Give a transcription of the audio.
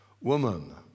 Woman